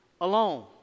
Alone